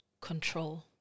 control